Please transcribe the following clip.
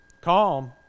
calm